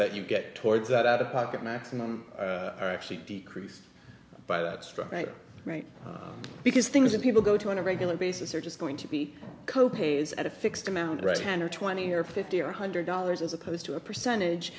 that you get towards that out of pocket maximum are actually decreased by that struck right right because things that people go to on a regular basis are just going to be co pays at a fixed amount right hander twenty or fifty or one hundred dollars as opposed to a percentage